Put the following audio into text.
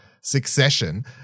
succession